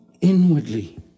inwardly